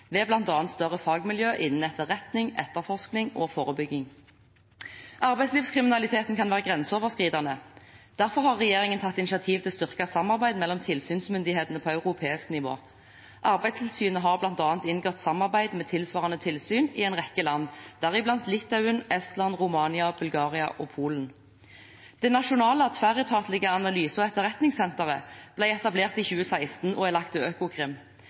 ved bl.a. større fagmiljøer innen etterretning, etterforskning og forebygging. Arbeidslivskriminaliteten kan være grenseoverskridende. Derfor har regjeringen tatt initiativ til styrket samarbeid mellom tilsynsmyndighetene på europeisk nivå. Arbeidstilsynet har bl.a. inngått samarbeid med tilsvarende tilsyn i en rekke land, deriblant Litauen, Estland, Romania, Bulgaria og Polen. Det nasjonale tverretatlige analyse- og etterretningssenteret ble etablert i 2016 og er lagt til Økokrim.